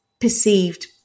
perceived